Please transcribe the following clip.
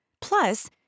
Plus